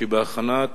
בהכנת